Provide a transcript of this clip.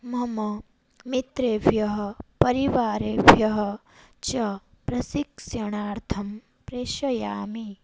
मम मित्रेभ्यः परिवारेभ्यः च प्रशिक्षणार्थं प्रेषयामि